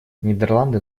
нидерланды